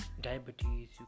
diabetes